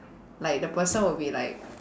like the person will be like